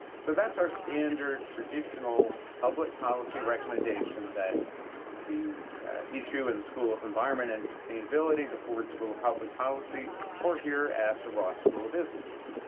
so that's our standard, traditional public policy recommendation that we issue in the school of environment and sustainability, the ford school of public policy or here at the ross school of business.